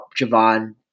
Javon